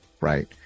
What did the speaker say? right